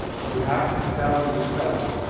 you have to sell yourself.